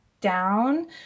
down